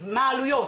מה העלויות?